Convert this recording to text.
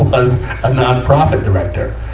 ah a nonprofit director.